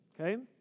Okay